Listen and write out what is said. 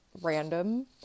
random